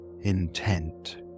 intent